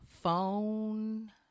Phone